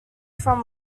from